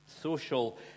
social